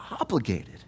obligated